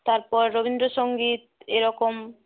তারপর রবীন্দ্রসঙ্গীত এরকম